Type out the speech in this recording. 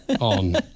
on